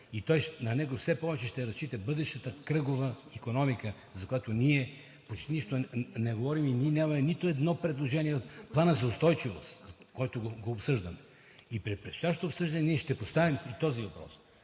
на него все повече ще разчита бъдещата кръгова икономика, за която ние почти нищо не говорим и нямаме нито едно предложение в Плана за устойчивост, който го обсъждаме. При предстоящото обсъждаме ние ще поставим и този въпрос.